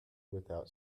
without